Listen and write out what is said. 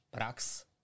prax